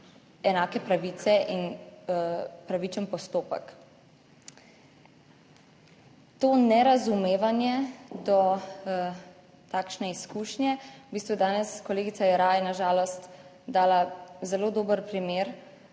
enake pravice in pravičen postopek. To nerazumevanje do takšne izkušnje v bistvu danes kolegica Jeraj na žalost dala zelo dober primer,